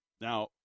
Now